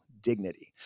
dignity